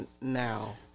now